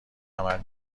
عمل